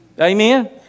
Amen